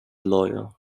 lawyer